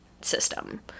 system